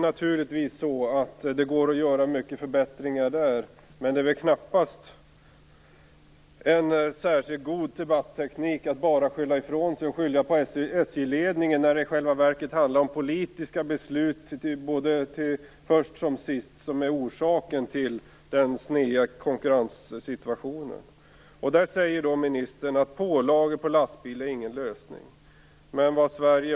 Naturligtvis går det att göra många förbättringar inom SJ, men det är knappast någon särskilt god debatteknik att bara skylla ifrån sig på SJ-ledningen när det i själva verket handlar om politiska beslut. Först som sist är det dessa som är orsaken till den sneda konkurrenssituationen. Ministern säger att pålagor på lastbilar inte är någon lösning.